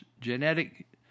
genetic